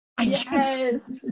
Yes